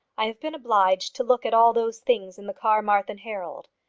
i have been obliged to look at all those things in the carmarthen herald.